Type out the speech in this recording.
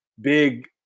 big